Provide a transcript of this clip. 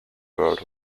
world